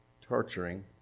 torturing